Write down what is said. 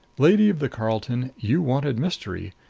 lady of the carlton, you wanted mystery.